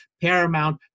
paramount